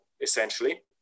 essentially